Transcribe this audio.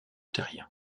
terrien